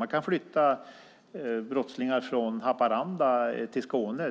Visst kan man flytta brottslingar från Haparanda till Skåne,